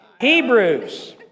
Hebrews